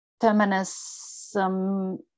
feminism